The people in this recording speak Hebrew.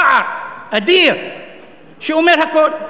פער אדיר שאומר הכול.